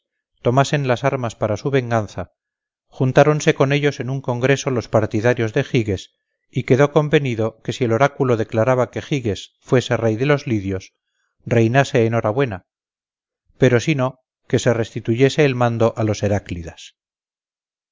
candaules tomasen las armas para su venganza juntáronse con ellos en un congreso los partidarios de giges y quedó convenido que si el oráculo declaraba que giges fuese rey de los lidios reinase en hora buena pero si no que se restituyese el mando a los